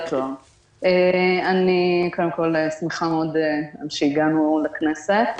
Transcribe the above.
אני שמחה מאוד על שהגענו לכנסת.